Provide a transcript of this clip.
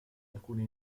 alcune